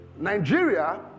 nigeria